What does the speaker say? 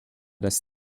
das